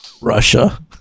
Russia